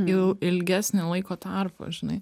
jau ilgesnį laiko tarpą žinai